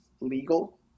legal